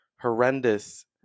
horrendous